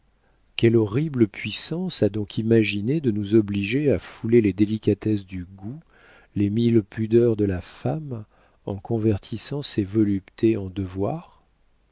quelle horrible puissance a donc imaginé de nous obliger à fouler les délicatesses du goût les mille pudeurs de la femme en convertissant ces voluptés en devoirs